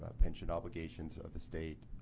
ah pension obligations of the state.